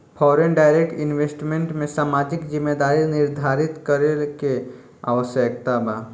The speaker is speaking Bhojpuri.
फॉरेन डायरेक्ट इन्वेस्टमेंट में सामाजिक जिम्मेदारी निरधारित करे के आवस्यकता बा